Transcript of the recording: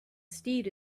steed